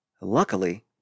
Luckily